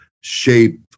shape